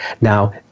Now